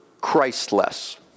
Christless